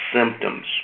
symptoms